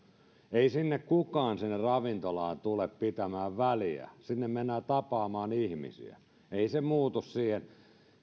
ei sinne ravintolaan kukaan tule pitämään väliä sinne mennään tapaamaan ihmisiä ei se muutu siihen